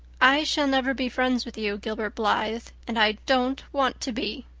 i shall never be friends with you, gilbert blythe and i don't want to be!